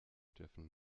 dürfen